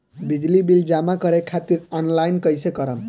बिजली बिल जमा करे खातिर आनलाइन कइसे करम?